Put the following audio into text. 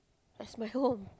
where's my home